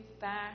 back